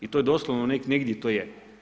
I to je doslovno negdi to je.